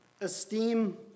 Esteem